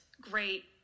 great